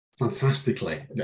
Fantastically